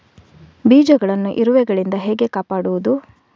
ಬೀಜವನ್ನು ಇರುವೆಗಳಿಂದ ಹೇಗೆ ಕಾಪಾಡುವುದು?